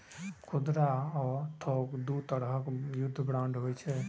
खुदरा आ थोक दू तरहक युद्ध बांड होइ छै